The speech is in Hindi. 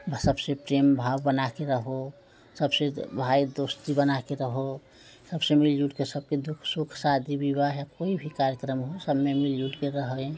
वह सबसे प्रेम भाव बना के रहो सबसे भाई दोस्ती बना के रहो सबसे मिलजुल के सब के दुख सुख शादी विवाह या कोई भी कार्यक्रम हो सब में मिलजुल के रहें